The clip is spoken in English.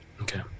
Okay